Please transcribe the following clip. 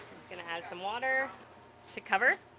going to add some water to cover